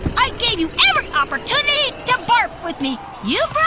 i gave you every opportunity to barf with me. you